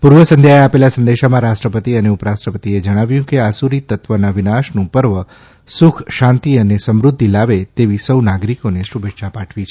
પૂર્વ સંધ્યાએ આપેલા સંદેશમાં રાષ્ટ્રપતિ અને ઉપરાષ્ટ્રપતિએ જણાવ્યું છે કે આસુરી તત્વના વિનાશનું પર્વ સુખ શાંતિ અને સમૃદ્ધિ લાવે તેવી સૌ નાગરિકોને શુભેચ્છા પાઠવી છે